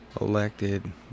elected